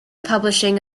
publishing